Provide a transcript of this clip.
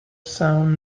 sound